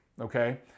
okay